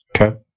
Okay